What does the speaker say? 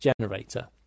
generator